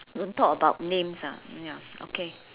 don't talk about names ah ya okay